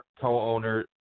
co-owner